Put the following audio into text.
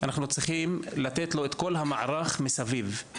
אנחנו צריכים לתת לו את כל המערך מסביב.